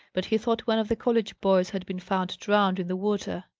but he thought one of the college boys had been found drowned in the water.